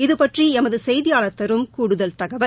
இதுபற்றி எமது செய்தியாளர் தரும் கூடுதல் தகவல்